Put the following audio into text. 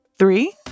Three